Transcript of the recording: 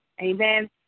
Amen